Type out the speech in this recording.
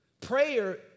Prayer